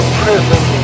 prison